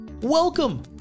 Welcome